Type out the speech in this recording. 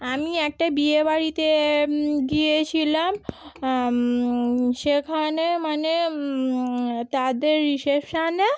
আমি একটা বিয়ে বাড়িতে গিয়েছিলাম সেখানে মানে তাদের রিসেপশানে